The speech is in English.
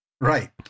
Right